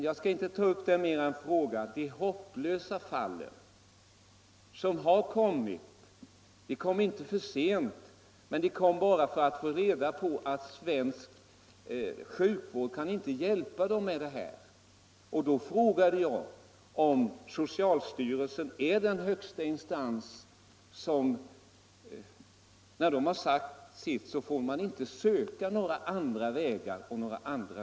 Jag skall inte gå närmare in på det, men jag vill nämna att de hopplösa fallen inte kom för sent; de kom bara för att få reda på att svensk sjukvård inte kan hjälpa dem. I det sammanhanget frågade jag: Är socialstyrelsen den högsta instansen så till vida att man, när den sagt sitt, inte får söka andra vägar och andra medel?